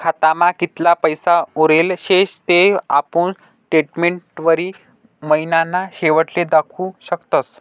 खातामा कितला पैसा उरेल शेतस ते आपुन स्टेटमेंटवरी महिनाना शेवटले दखु शकतस